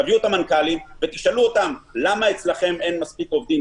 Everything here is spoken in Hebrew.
תביאו את המנכ"לים ותשאלו אותם: למה אצלכם אין מספיק עובדים?